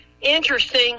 interesting